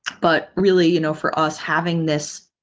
but really you know for us having this.